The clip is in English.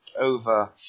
over